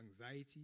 anxiety